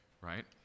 right